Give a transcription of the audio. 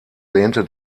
lehnte